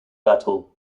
battle